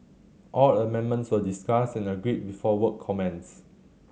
all amendments were discussed and agreed before work commenced